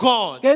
God